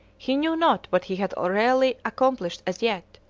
he knew not what he had really accomplished as yet.